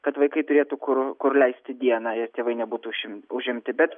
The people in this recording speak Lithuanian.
kad vaikai turėtų kur kur leisti dieną ir tėvai nebūtų užimti bet